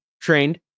trained